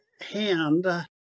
hand